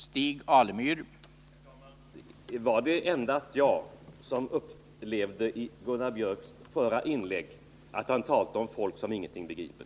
Herr talman! Var det endast jag som i Gunnar Biörcks förra inlägg upplevde att han talade om folk som ingenting begriper?